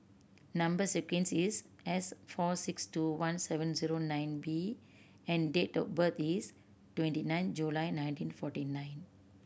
number sequence is S four six two one seven zero nine B and date of birth is twenty nine July nineteen forty nine